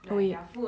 oh